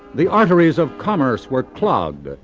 the arteries of commerce were clogged, but